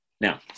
Now